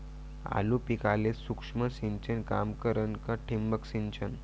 आलू पिकाले सूक्ष्म सिंचन काम करन का ठिबक सिंचन?